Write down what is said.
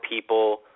people